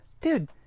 dude